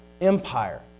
empire